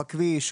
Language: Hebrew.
בכביש,